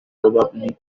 probably